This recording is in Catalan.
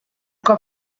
cop